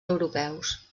europeus